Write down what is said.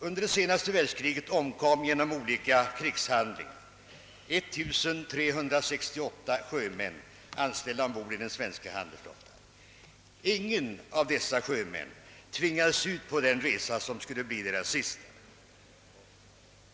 Under det senaste världskriget omkom genom olika krigshandlingar 1368 sjömän, anställda ombord i den svenska handelsflottan. Ingen av dessa sjömän tvingades ut på den resa som skulle bli deras sista.